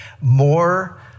More